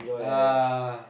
uh